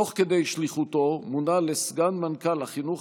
תוך כדי שליחותו מונה לסגן מנכ"ל החינוך